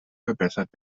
verbessert